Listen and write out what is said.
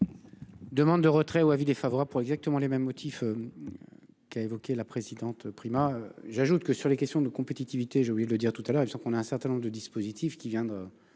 Demande de retrait ou avis défavorable pour exactement les mêmes motifs. Qui a évoqué la présidente Prima. J'ajoute que sur les questions de compétitivité j'voulais le dire tout à l'heure il qu'on a un certain nombre de dispositifs qui vient